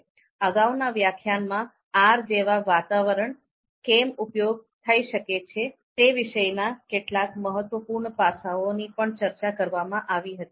અગાઉના વ્યાખ્યાનોમાં આર જેવા વાતાવરણ કેમ ઉપયોગી થઈ શકે છે તે વિશેના કેટલાક મહત્વપૂર્ણ પાસાંઓની પણ ચર્ચા કરવામાં આવી હતી